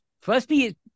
Firstly